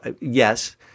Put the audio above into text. Yes